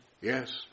Yes